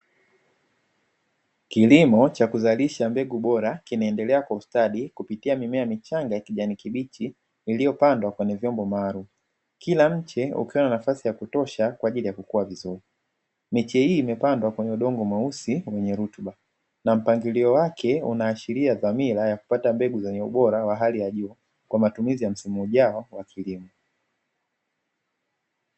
Kilimo cha kuzalisha mbegu bora kinaendelea kwa ustadi kupitia mimea michanga kijani kibichi iliyopandwa kwenye vyombo maalumu, kila mche ukiwa na nafasi ya kutosha kwa ajili ya kukua vizuri; mechi hii imepandwa kwenye udongo mweusi wenye rutuba, na mpangilio wake unaashiria dhamira ya kupata mbegu zenye ubora wa hali ya juu kwa matumizi ya msimu ujao wa kilimo.